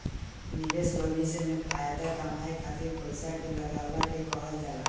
निवेश भविष्य में फाएदा कमाए खातिर पईसा के लगवला के कहल जाला